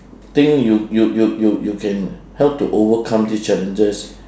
think you you you you you can help to overcome this challenges